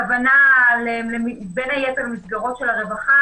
בין היתר מסגרות רווחה,